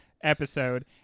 episode